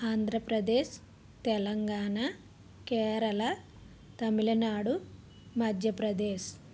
Andhra Pradesh Telangana Kerala Tamil Nadu Madhya Pradesh